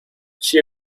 she